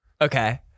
Okay